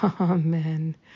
Amen